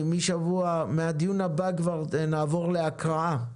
מהדיון הבא כבר נעבור להקראה.